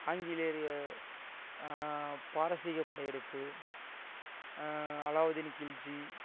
ஆங்கிலேயர்கள் பாரசீக படையெடுப்பு அலாவுதீன் கில்ஜி